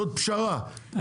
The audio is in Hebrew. זאת פשרה,